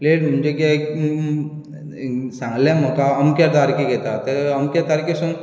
तें म्हणजे सांगलें म्हाका अमक्या तारकेर येता तर अमक्या तारके सून